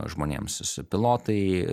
žmonėms visi pilotai